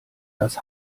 das